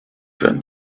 can